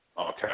Okay